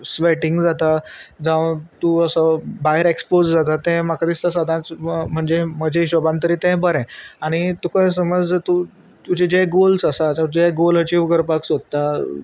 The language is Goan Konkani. स्वेटींग जाता जावं तूं असो भायर एक्सपोज जाता तें म्हाका दिसता सदांच म्हणजे म्हज्या हिशोबान तरी तें बरें आनी तुका समज तूं तुजे जे गोल्स आसा ज जे गोल अचीव करपाक सोदता